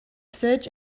search